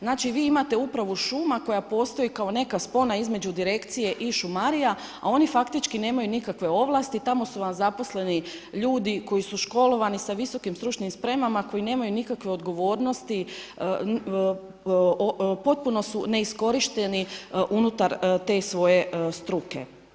Znači, vi imate upravu šuma koja postoji kao neka spona između direkcije i šumarije, a oni faktički nemaju nikakve ovlasti, tamo su vam zaposleni ljudi koji su školovani, sa visokim stručnim spremama, koji nemaju nikakve odgovornosti, potpuno su neiskorišteni unutar te svoje struke.